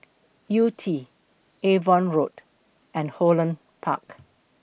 Yew Tee Avon Road and Holland Park